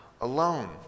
alone